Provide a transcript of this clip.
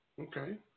Okay